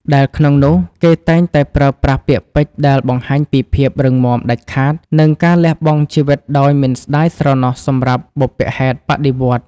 ដែលក្នុងនោះគេតែងតែប្រើប្រាស់ពាក្យពេចន៍ដែលបង្ហាញពីភាពរឹងមាំ ដាច់ខាត និងការលះបង់ជីវិតដោយមិនស្តាយស្រណោះសម្រាប់បុព្វហេតុបដិវត្តន៍។